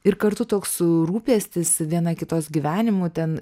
ir kartu toks rūpestis viena kitos gyvenimu ten